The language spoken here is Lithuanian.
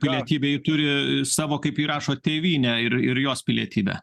pilietybę ji turi savo kaip ji rašo tėvynę ir ir jos pilietybę